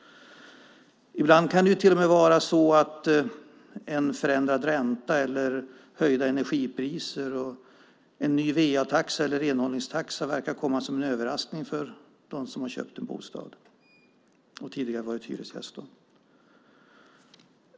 Ibland kan det till och med vara så att en förändrad ränta eller höjda energipriser och en ny VA eller renhållningstaxa verkar komma som en överraskning för dem som har köpt en bostad efter att tidigare ha varit hyresgäster.